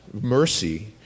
mercy